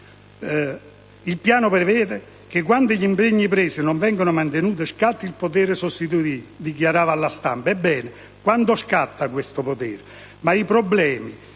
il piano prevede che, quando gli impegni presi non vengono mantenuti, scatti il potere sostitutivo», dichiarò alla stampa. Ebbene, quando scatta questo potere? Ma i problemi